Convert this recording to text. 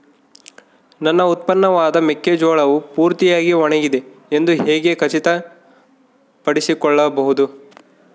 ನನ್ನ ಉತ್ಪನ್ನವಾದ ಮೆಕ್ಕೆಜೋಳವು ಪೂರ್ತಿಯಾಗಿ ಒಣಗಿದೆ ಎಂದು ಹೇಗೆ ಖಚಿತಪಡಿಸಿಕೊಳ್ಳಬಹುದು?